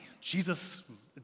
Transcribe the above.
Jesus